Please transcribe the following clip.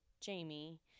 Jamie